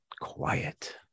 quiet